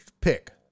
pick